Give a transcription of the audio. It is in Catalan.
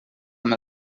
amb